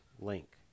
link